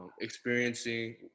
experiencing